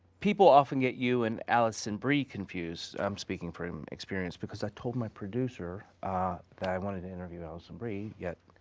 people often get you and alison brie confused. i'm speaking from experience because i told my producer that i wanted to interview alison brie yet,